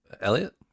Elliot